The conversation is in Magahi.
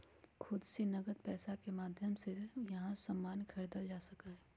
खुद से नकद पैसा के माध्यम से यहां सामान खरीदल जा सका हई